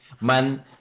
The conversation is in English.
Man